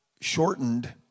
shortened